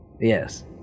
Yes